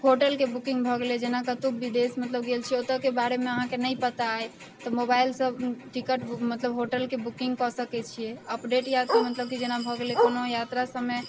होटलके बुकिङ्ग जेना भऽ गेलै जेना कतहु विदेश मतलब गेल छी ओतौके बारेमे अहाँके नहि पता अछि तऽ मोबाइलसँ टिकट बुक मतलब होटलके बुकिङ्ग कऽ सकै छिए अपडेट यात्रा कि मतलब भऽ गेलै जेना कोनो यात्रा समय